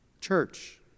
Church